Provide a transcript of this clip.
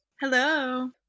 Hello